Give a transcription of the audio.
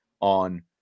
on